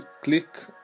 click